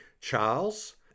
Charles